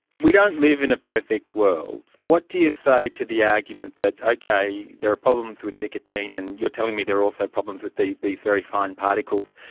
we don't live in a perfect world. what do you say to the argument that, okay, there are problems with nicotine, and you're telling me there are also problems with these very fine particles,